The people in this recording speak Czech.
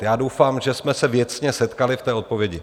Já doufám, že jsme se věcně setkali v té odpovědi.